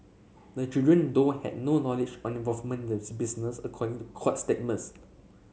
the children though had no knowledge or involvement in the business according to court statements